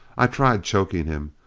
i tried choking him,